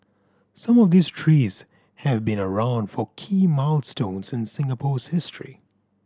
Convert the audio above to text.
some of these trees have been around for key milestones in Singapore's history